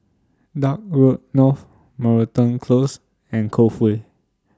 Dock Road North Moreton Close and Cove Way